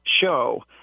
show